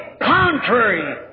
contrary